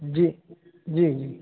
जी जी जी